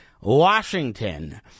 Washington